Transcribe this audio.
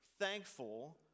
thankful